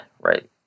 right